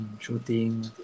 shooting